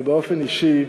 ובאופן אישי,